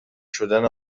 شدن